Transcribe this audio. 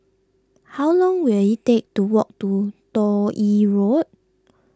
how long will it take to walk to Toh Yi Road